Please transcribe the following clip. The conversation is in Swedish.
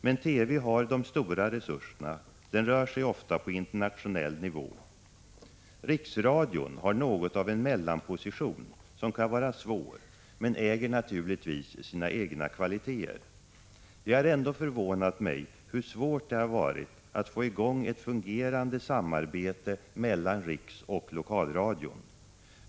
Men TV har de stora resurserna och rör sig ofta på internationell nivå. Riksradion har något av en mellanposition, som kan vara svår, men äger naturligtvis sina egna kvaliteter. Det har ändå förvånat mig hur svårt det har varit att få i gång ett fungerande samarbete mellan riksoch lokalradion.